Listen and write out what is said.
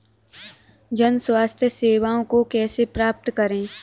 जन स्वास्थ्य सेवाओं को कैसे प्राप्त करें?